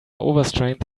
overstrained